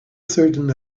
certain